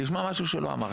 תשמע משהו שלא אמרתי.